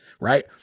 right